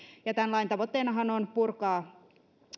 tämän lain tavoitteenahan on purkaa